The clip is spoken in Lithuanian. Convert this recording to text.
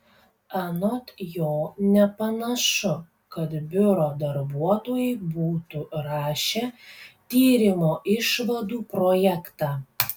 anot jo nepanašu kad biuro darbuotojai būtų rašę tyrimo išvadų projektą